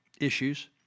issues